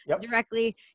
directly